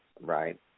right